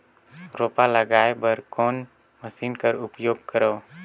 रोपा लगाय बर कोन मशीन कर उपयोग करव?